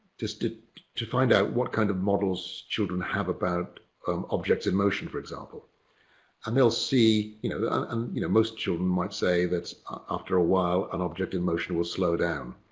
just ah to find out what kind of models children have about um objects in motion for example and they'll see you know and you know most children might say that after a while an object in motion will slow down.